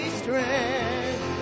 strength